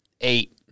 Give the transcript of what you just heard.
eight